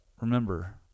remember